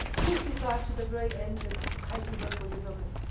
christy thought to the very end that heisenberg was a villain.